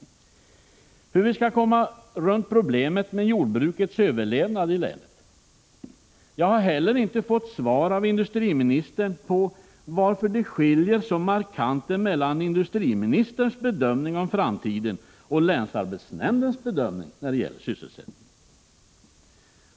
Jag frågade också hur vi skall klara av problemet med jordbrukets överlevnad i länet. Jag har inte heller fått svar av industriministern på frågan varför det skiljer så markant mellan industriministerns bedömning av framtiden när det gäller sysselsättningen och länsarbetsnämndens bedömning.